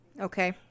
okay